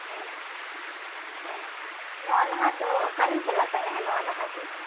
ᱦᱮᱸ ᱦᱮᱸ ᱱᱚᱣᱟ ᱞᱟᱦᱟ ᱫᱚ ᱚᱠᱟᱨᱮᱢ ᱪᱟᱞᱟᱜ ᱛᱟᱦᱮᱸᱫ ᱱᱚᱣᱟ ᱞᱟᱦᱟ ᱫᱚ